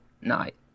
night